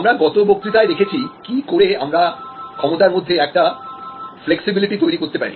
আমরা গত বক্তৃতায় দেখেছি কি করে আমরা ক্ষমতার মধ্যে একটা ফ্লেক্সিবিলিটিতৈরি করতে পারি